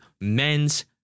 men's